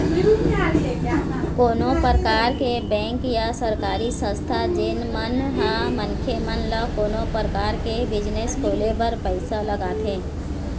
कोनो परकार के बेंक या सरकारी संस्था जेन मन ह मनखे मन ल कोनो परकार के बिजनेस खोले बर पइसा लगाथे